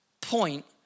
point